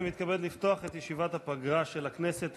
אני מתכבד לפתוח את ישיבת הפגרה של הכנסת.